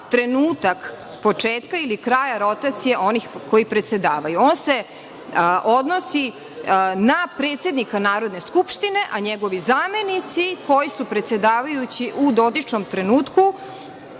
trenutak početka ili kraja rotacije onih koji predsedavaju. On se odnosi na predsednika Narodne skupštine, a njegovi zamenici koji su predsedavajući u dotičnom trenutku,